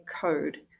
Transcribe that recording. code